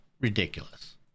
ridiculous